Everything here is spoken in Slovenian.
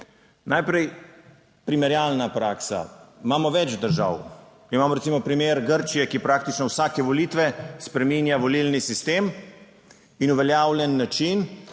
najprej primerjalna praksa. Imamo več držav, imamo recimo primer Grčije, ki praktično vsake volitve spreminja volilni sistem in uveljavljen način,